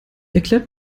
erklärt